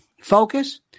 Focus